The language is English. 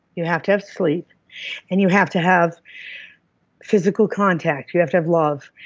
you have to have sleep and you have to have physical contact. you have to have love.